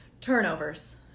turnovers